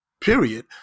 period